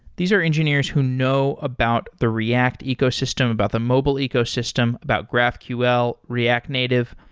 these are engineers who know about the react ecosystem, about the mobile ecosystem, about graphql, react native.